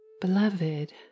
Beloved